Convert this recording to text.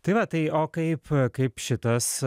tai va tai o kaip kaip šitas